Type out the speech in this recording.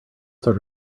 sort